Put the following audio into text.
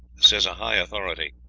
says a high authority,